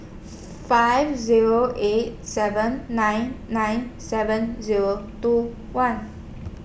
five Zero eight seven nine nine seven Zero two one